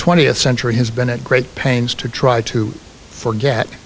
twentieth century has been at great pains to try to forget